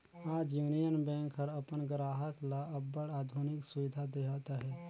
आज Union Bank हर अपन गराहक ल अब्बड़ आधुनिक सुबिधा देहत अहे